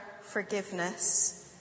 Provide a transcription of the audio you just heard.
forgiveness